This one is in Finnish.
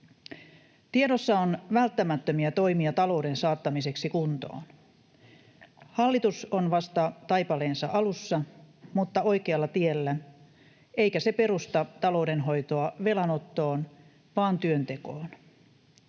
Tiedossa on välttämättömiä toimia talouden saattamiseksi kuntoon. Hallitus on vasta taipaleensa alussa mutta oikealla tiellä, eikä se perusta taloudenhoitoa velanottoon vaan työntekoon.